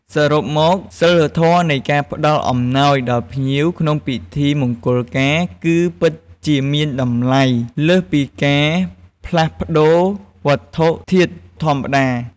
សរុបមក សីលធម៌នៃការផ្តល់អំណោយដល់ភ្ញៀវក្នុងពិធីមង្គលការ គឺពិតជាមានតម្លៃលើសពីការផ្លាស់ប្តូរវត្ថុធាតុធម្មតា។